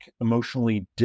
emotionally